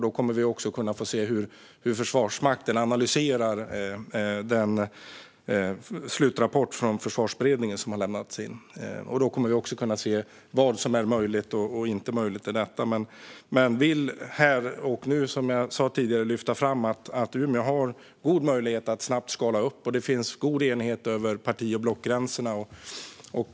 Då kommer vi också att kunna få se hur Försvarsmakten analyserar den slutrapport från Försvarsberedningen som har lämnats in. Då kommer vi också att kunna se vad som är möjligt och inte möjligt i detta. Men jag vill här och nu, som jag sa tidigare, lyfta fram att Umeå har goda möjligheter att snabbt skala upp verksamheten. Det finns också god enighet över parti och blockgränserna.